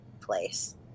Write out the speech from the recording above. place